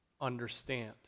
understand